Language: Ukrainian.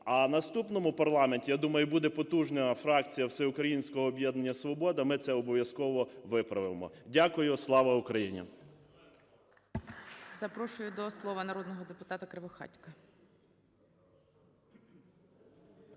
в наступному парламенті, я думаю, буде потужна фракція "Всеукраїнського об'єднання "Свобода", ми це обов'язково виправимо. Дякую. Слава Україні!